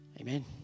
Amen